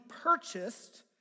purchased